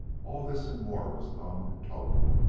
all this, and more, was known and told,